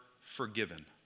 forgiven